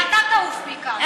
הוא מתכוון, אתה תעוף מכאן.